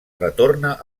retorna